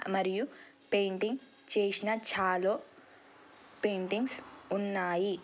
మరియు పెయింటింగ్ చేసిన చాలా పెయింటింగ్స్ ఉన్నాయి